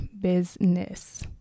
business